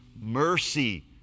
Mercy